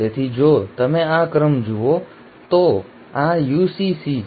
તેથી જો તમે આ ક્રમ જુઓ તો આ UCC છે